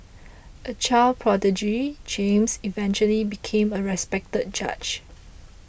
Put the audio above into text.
a child prodigy James eventually became a respected judge